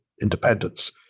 independence